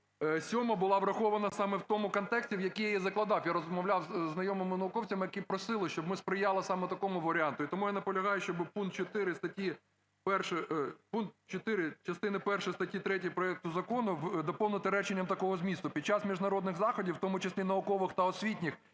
97 була врахована саме в тому контексті, в якій я закладав. Я розмовляв із знайомими науковцями, які просили, щоб ми сприяли саме такому варіанту. І тому я наполягаю, щоб пункт 4 частини першої статті 3 проекту закону доповнити реченням такого змісту: "Під час міжнародних заходів, в тому числі наукових та освітніх,